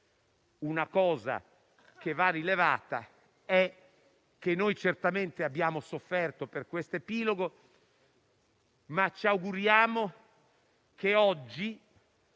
detto ciò, va rilevato che noi certamente abbiamo sofferto per questo epilogo, ma ci auguriamo che oggi